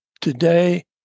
today